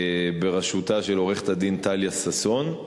בראשות עורכת-הדין טליה ששון,